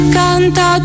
canta